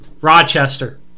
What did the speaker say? Rochester